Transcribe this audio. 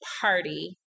party